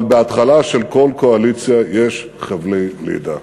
אבל בהתחלה של כל קואליציה יש חבלי לידה.